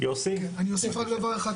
אני אוסיף רק דבר אחד,